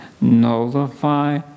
nullify